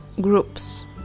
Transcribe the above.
groups